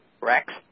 Rex